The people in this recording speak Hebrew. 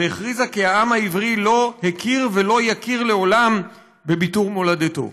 והכריזה כי העם העברי לא הכיר ולא יכיר לעולם בביתור מולדתו.